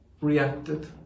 reacted